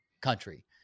country